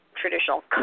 traditional